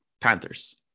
Panthers